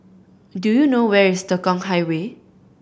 do you know where is Tekong Highway